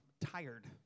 tired